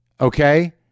Okay